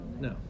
No